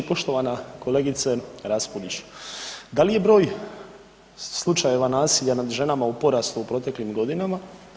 Poštovana kolegice Raspudić, da li je broj slučajeva nasilja nad ženama u porastu u proteklim godinama?